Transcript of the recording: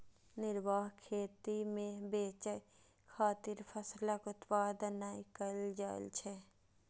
निर्वाह खेती मे बेचय खातिर फसलक उत्पादन नै कैल जाइ छै